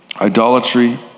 idolatry